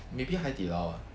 maybe hai di lao ah